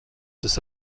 tas